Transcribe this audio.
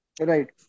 Right